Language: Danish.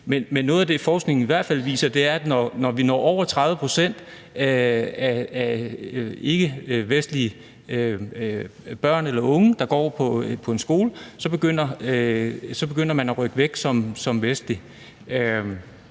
noget af det, forskningen i hvert fald viser, er, at når vi når over 30 pct. af ikkevestlige børn eller unge, der går på en skole, så begynder man som vestlig